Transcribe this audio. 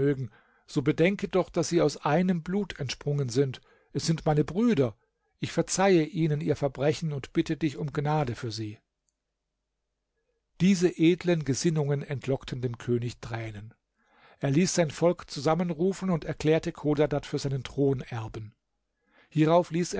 so bedenke doch daß sie aus einem blut entsprungen sind es sind meine brüder ich verzeihe ihnen ihr verbrechen und bitte dich um gnade für sie diese edlen gesinnungen entlockten dem könig tränen er ließ sein volk zusammenrufen und erklärte chodadad für seinen thronerben hierauf ließ